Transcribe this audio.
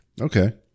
Okay